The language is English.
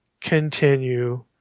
continue